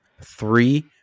three